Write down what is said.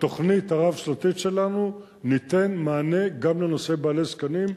בתוכנית הרב-שנתית שלנו ניתן מענה גם לנושאי בעלי זקנים,